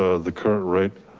ah the current rate?